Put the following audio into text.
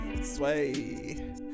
sway